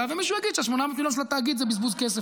ומישהו יגיד שה-800 מיליון שקל התאגיד זה בזבוז כסף,